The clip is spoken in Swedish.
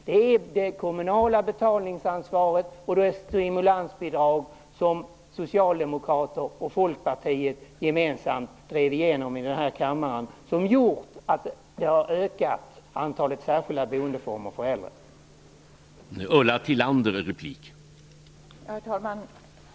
Det är det kommunala betalningsansvaret och det stimulansbidrag som Socialdemokraterna och Folkpartiet gemensamt drev igenom här i kammaren som gjort att antalet särskilda boendeformer för äldre ha ökat.